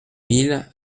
mille